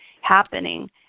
happening